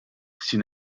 sin